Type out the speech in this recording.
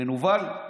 מנוול?